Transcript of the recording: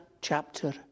chapter